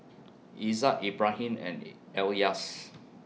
Izzat Ibrahim and Elyas